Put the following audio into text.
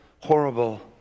Horrible